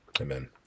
Amen